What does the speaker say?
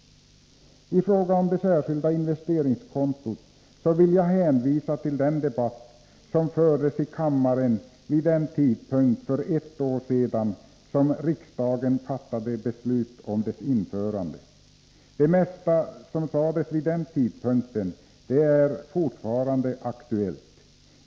I fråga om det särskilda investeringskontot vill jag hänvisa till den debatt som fördes i kammaren då riksdagen för ett år sedan fattade beslut om dess införande. Det mesta som sades vid den tidpunkten är fortfarande aktuellt.